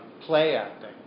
play-acting